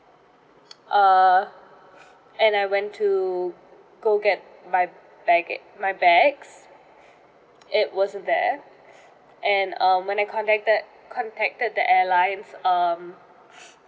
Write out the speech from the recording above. err and I went to go get my baggage my bags it wasn't there and um when I contacted contacted the airlines um